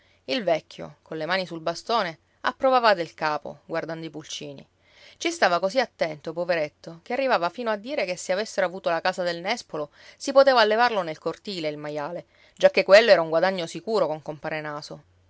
il vecchio colle mani sul bastone approvava del capo guardando i pulcini ci stava così attento poveretto che arrivava fino a dire che se avessero avuto la casa del nespolo si poteva allevarlo nel cortile il maiale giacché quello era un guadagno sicuro con compare naso